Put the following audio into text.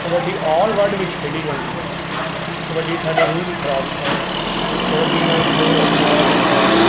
kabaddi all world ਵਿੱਚ ਖੇਡੀ ਜਾਂਦੀ ਹੈ ਕਬੱਡੀ ਸਾਡੇ ਰੂਹ ਦੀ ਖ਼ੁਰਾਕ ਹੈ ਕਬੱਡੀ ਨਾਲ਼ ਜ਼ੋਰ ਅਜਮਾਇਆ ਜਾਂਦਾ ਹੈ